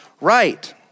right